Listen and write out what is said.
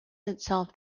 itself